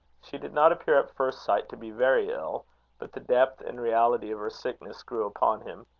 she did not appear at first sight to be very ill but the depth and reality of her sickness grew upon him.